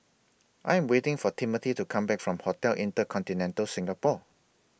I Am waiting For Timmothy to Come Back from Hotel InterContinental Singapore